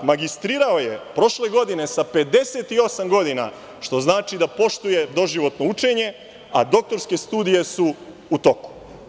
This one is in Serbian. Magistrirao je prošle godine sa 58 godina, što znači da poštuje doživotno učenje, a doktorske studije su u toku.